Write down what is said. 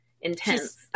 intense